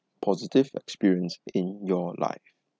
positive experience in your life